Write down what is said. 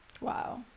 Wow